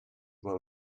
when